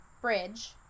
bridge